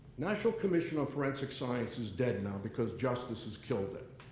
national commission of forensic science is dead now because justice has killied it.